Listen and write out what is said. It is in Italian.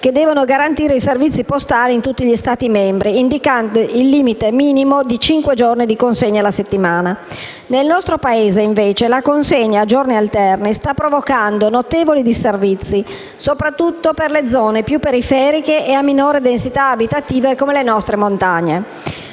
che devono garantire i servizi postali in tutti gli Stati membri, indicando il limite minimo di cinque giorni di consegna la settimana. Nel nostro Paese, invece, la consegna a giorni alterni sta provocando notevoli disservizi, soprattutto per le zone più periferiche e a minore densità abitativa come le nostre montagne.